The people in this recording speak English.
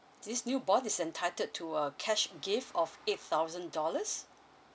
this newborn is entitled to a cash gift of eight thousand dollars